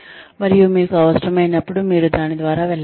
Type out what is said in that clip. మరియు మీకు అవసరమైనప్పుడు మీరు దాని ద్వారా వెళ్ళవచ్చు